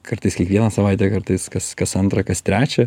kartais kiekvieną savaitę kartais kas kas antrą kas trečią